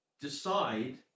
decide